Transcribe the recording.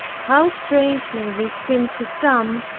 how strange may this seem to some,